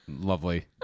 Lovely